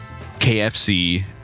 KFC